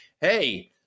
hey